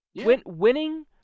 Winning